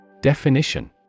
Definition